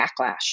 backlash